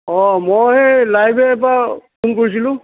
অঁ মই এই লাইব্ৰেৰীৰপৰা ফোন কৰিছিলোঁ